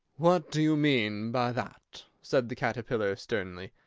what do you mean by that? said the caterpillar sternly.